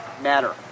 matter